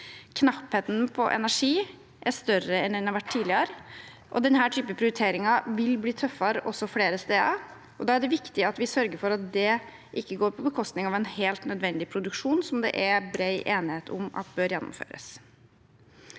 Knappheten på energi er større enn den har vært tidligere, og denne typen prioriteringer vil bli tøffere også flere steder. Da er det viktig at vi sørger for at det ikke går på bekostning av en helt nødvendig produksjon, som det er bred enighet om at bør gjennomføres.